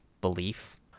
belief